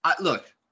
look